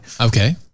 Okay